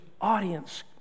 audience